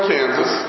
Kansas